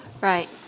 right